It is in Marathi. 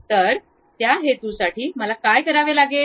तर त्या हेतूसाठी मला काय करावे लागेल